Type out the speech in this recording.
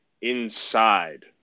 inside